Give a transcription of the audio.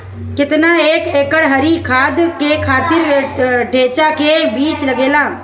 केतना एक एकड़ हरी खाद के खातिर ढैचा के बीज लागेला?